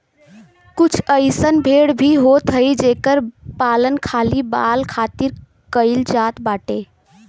कुछ अइसन भेड़ भी होत हई जेकर पालन खाली बाल खातिर कईल जात बाटे